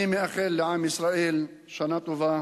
אני מאחל לעם ישראל שנה טובה